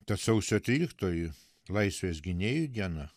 tad sausio tryliktoji laisvės gynėjų diena